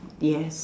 yes